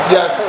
Yes